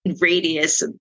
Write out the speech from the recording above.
radius